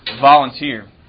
volunteer